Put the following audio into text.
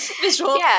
visual